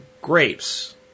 grapes